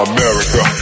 America